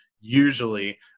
usually